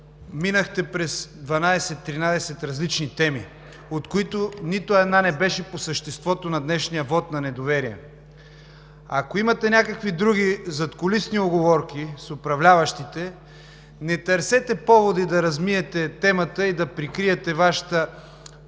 минахте през 12 – 13 различни теми, от които нито една не беше по съществото на днешния вот на недоверие. Ако имате някакви други задкулисни уговорки с управляващите, не търсете поводи да размиете темата и да прикриете Вашата политическа